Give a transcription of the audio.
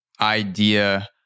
idea